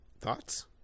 Thoughts